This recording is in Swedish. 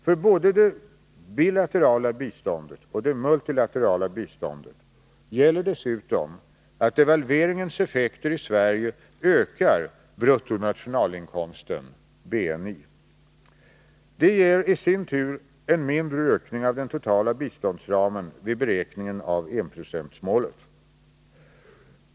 För både det bilaterala biståndet och det multilaterala biståndet gäller dessutom att devalveringens effekter i Sverige ökar bruttonationalinkomsten . Det ger i sin tur en mindre ökning av den totala biståndsramen vid beräkningen av enprocentsmålet.